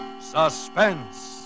Suspense